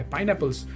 Pineapples